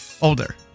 Older